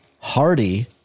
Hardy